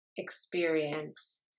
experience